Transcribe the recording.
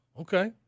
Okay